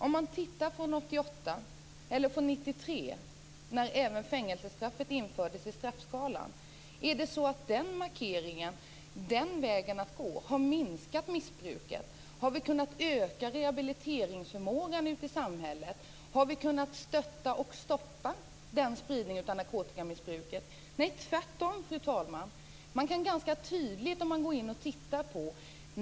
Fängelsestraffet infördes 1993 i straffskalan. Är det så att den markeringen, den vägen att gå har minskat missbruket? Har vi kunnat öka rehabiliteringsförmågan i samhället? Har vi kunnat stoppa spridningen av narkotikamissbruket? Nej, tvärtom.